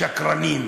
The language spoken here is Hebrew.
שקרנים,